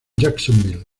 jacksonville